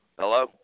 Hello